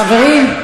חברים.